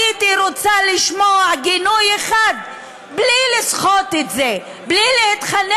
הייתי רוצה לשמוע גינוי אחד בלי לסחוט את זה,